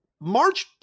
March